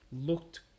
looked